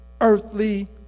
earthly